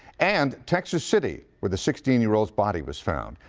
and texas city, where the sixteen year old's body was found.